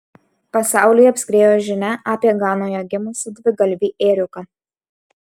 pasaulį apskriejo žinia apie ganoje gimusį dvigalvį ėriuką